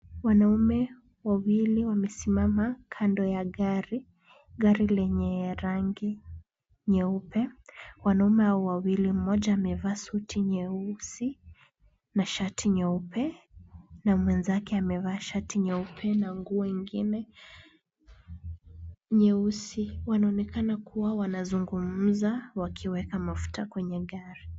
Wanaume wawili wamesimama kando ya gari, gari lenye rangi nyeupe. Wanaume hao wawili, mmoja amevaa suti nyeusi na shati nyeupe na mwenzake amevaa shati nyeupe na nguo ingine nyeusi. Wanaonekana kuwa wanazungumza wakiweka mafuta kwenye gari.